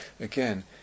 again